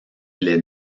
les